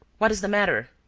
what is the matter?